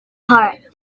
heart